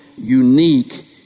unique